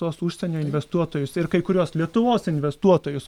tuos užsienio investuotojus ir kai kuriuos lietuvos investuotojus